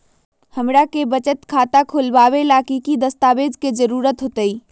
हमरा के बचत खाता खोलबाबे ला की की दस्तावेज के जरूरत होतई?